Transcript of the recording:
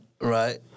Right